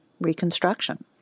reconstruction